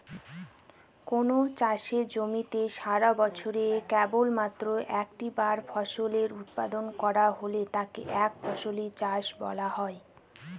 কোনো চাষের জমিতে সারাবছরে কেবলমাত্র একটা ফসলের উৎপাদন করা হলে তাকে একফসলি চাষ বলা হয়